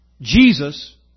Jesus